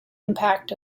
impact